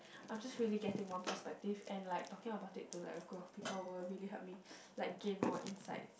I am just really getting one perspective and like talking about it to like a group of people will really help me like gain more insight